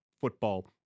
football